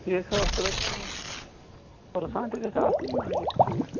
ٹھیٖک ہا اصٕل ہَے کوٚروٕ پُرسان تہِ گژھیٛا آسُن نہَ یہِ ٹھیٖک